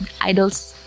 idol's